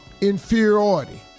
inferiority